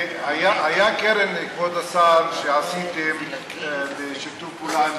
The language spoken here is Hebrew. הייתה קרן, כבוד השר, שעשיתם בשיתוף פעולה